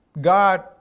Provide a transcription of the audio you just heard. God